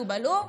בלעו,